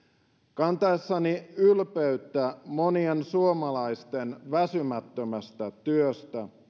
kantaessani ylpeyttä monien suomalaisten väsymättömästä työstä